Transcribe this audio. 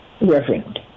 reverend